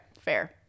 fair